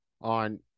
on